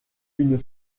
une